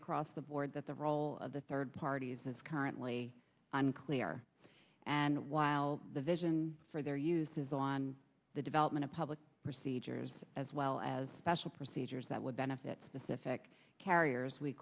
across the board that the role of the third parties is currently unclear and while the vision for the uses on the development of public procedures as well as special procedures that would benefit specific carriers we